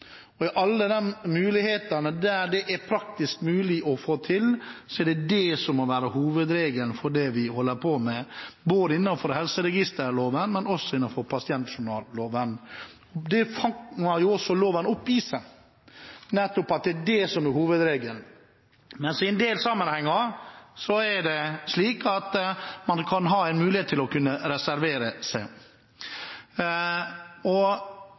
samtykke. I alle tilfeller der det er praktisk mulig å få til, er det det som må være hovedregelen i det vi holder på med, både innenfor helseregisterloven og innenfor pasientjournalloven. Det fanger også loven opp i seg, at det er det som er hovedregelen, mens i en del sammenhenger er det slik at man har en mulighet til å reservere seg.